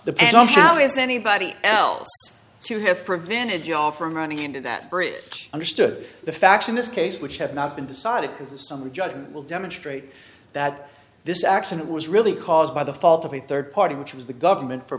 is anybody else to have prevented ya from running into that bridge understood the facts in this case which have not been decided because the summary judgment will demonstrate that this accident was really caused by the fault of a third party which was the government for